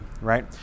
right